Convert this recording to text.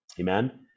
Amen